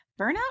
burnout